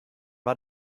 war